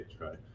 right